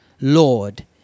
Lord